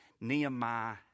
Nehemiah